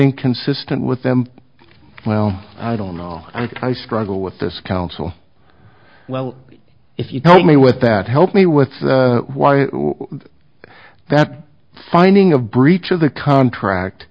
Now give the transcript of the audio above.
inconsistent with them well i don't know i struggle with this council well if you told me with that help me with that finding a breach of the contract